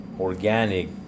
organic